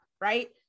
right